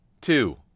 Two